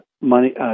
money